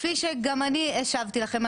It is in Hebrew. כפי שגם אני השבתי לכם,